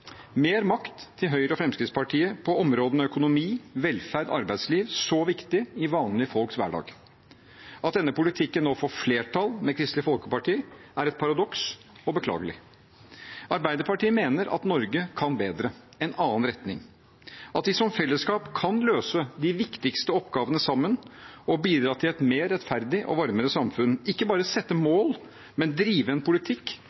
mer makt til Høyre og Fremskrittspartiet på områdene økonomi, velferd og arbeidsliv – så viktig i vanlige folks hverdag. At denne politikken nå får flertall med Kristelig Folkeparti, er et paradoks og beklagelig. Arbeiderpartiet mener at Norge kan bedre – en annen retning – at vi som fellesskap kan løse de viktigste oppgavene sammen, og bidra til et mer rettferdig og varmere samfunn. Vi skal ikke bare sette mål, men drive en politikk